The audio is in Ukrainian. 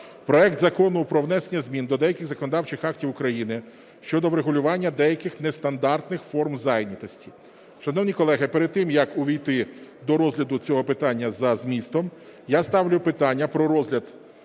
Проект Закону про внесення змін до деяких законодавчих актів України щодо врегулювання деяких нестандартних форм зайнятості. Шановні колеги, перед тим як увійти до розгляду цього питання за змістом, я ставлю питання про розгляд